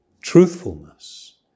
truthfulness